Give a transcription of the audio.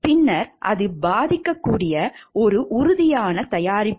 பின்னர் அது பாதிக்கக்கூடிய ஒரு உறுதியான தயாரிப்பு